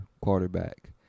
quarterback